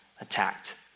attacked